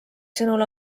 sõnul